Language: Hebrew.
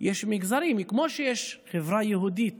יש מגזרים, כמו שיש חברה יהודית